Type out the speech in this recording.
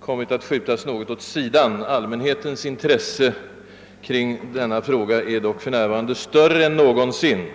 kommit att skjutas något åt sidan. Allmänhetens intresse för denna fråga är dock för närvarande större än någonsin.